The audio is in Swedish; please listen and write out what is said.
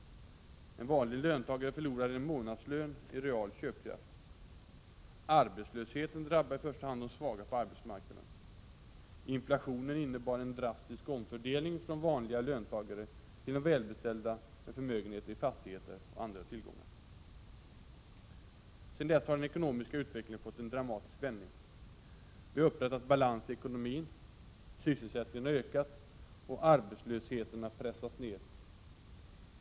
En vanlig löntagare förlorade en månadslön i real köpkraft. Arbetslösheten drabbade i första hand de svaga på arbetsmarknaden. Inflationen innebar en drastisk omfördelning från vanliga löntagare till de välbeställda med förmögenheter i fastigheter och andra tillgångar. Sedan dess har den ekonomiska utvecklingen fått en dramatisk vändning. Vi har upprättat balans i ekonomin, sysselsättningen har ökat, och arbetslösheten har pressats ned.